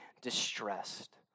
distressed